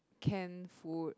can food